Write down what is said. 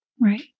Right